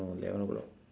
no eleven o'clock